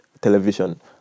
television